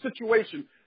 situation